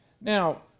now